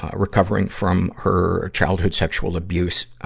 ah recovering from her childhood sexual abuse.